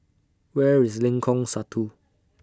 Where IS Lengkong Satu